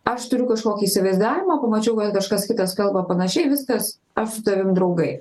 aš turiu kažkokį įsivaizdavimą pamačiau kad kažkas kitas kalba panašiai viskas aš su tavim draugai